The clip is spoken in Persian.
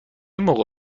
موقع